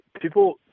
people